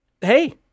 Hey